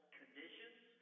conditions